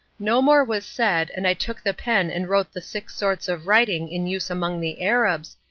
no more was said, and i took the pen and wrote the six sorts of writing in use among the arabs,